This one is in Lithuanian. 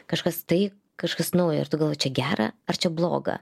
kažkas taip kažkas naujo ir tu galvoji čia gera ar čia bloga